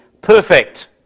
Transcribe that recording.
perfect